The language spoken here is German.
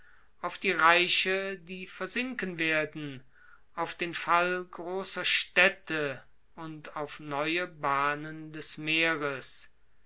auf die reiche die versinken werden auf den fall großer städte und auf neue bahnen des meeres